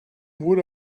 would